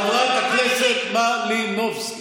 חברת הכנסת מלינובסקי,